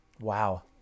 wow